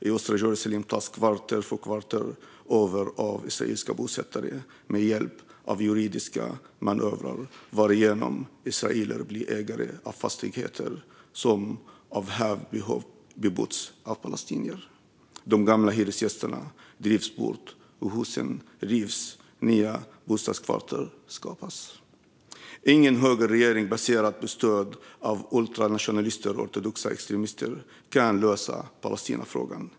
I östra Jerusalem tas kvarter efter kvarter över av israeliska bosättare med hjälp av juridiska manövrar varigenom israeler blir ägare av fastigheter som av hävd bebos av palestinier. De gamla hyresgästerna drivs bort, och husen rivs. Nya bostadskvarter skapas. Ingen högerregering baserad på stöd av ultranationalister och ortodoxa extremister kan lösa Palestinafrågan.